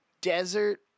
desert